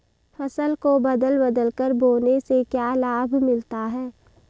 फसल को बदल बदल कर बोने से क्या लाभ मिलता है?